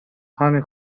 هانی